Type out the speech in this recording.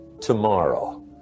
tomorrow